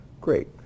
Great